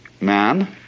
man